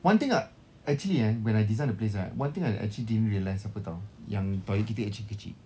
one thing ah I actually eh when I design the place right one thing I actually didn't realise apa [tau] yang toilet kita actually kecil